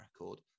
record